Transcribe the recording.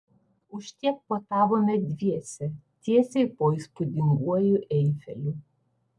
už tiek puotavome dviese tiesiai po įspūdinguoju eifeliu